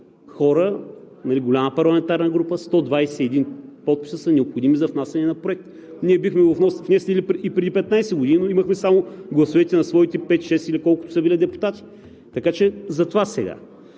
хора, голяма парламентарна група – 121 подписа са необходими за внасяне на проект. Ние бихме го внесли и преди 15 години, но имахме само гласовете на своите 5 – 6, или колкото са били депутати, така че затова сега.